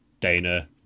Dana